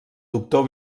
doctor